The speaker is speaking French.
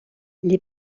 les